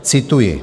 Cituji: